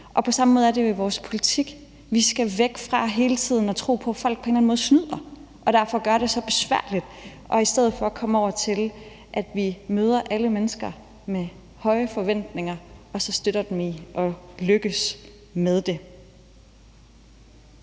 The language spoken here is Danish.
Og på samme måde er det jo i vores politik. Vi skal væk fra hele tiden at tro på, at folk på en eller anden måde snyder, og at vi derfor gør det så besværligt, og i stedet for komme over til, at vi møder alle mennesker med høje forventninger og så støtter dem i at lykkes. Én vej